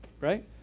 right